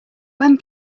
when